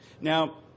Now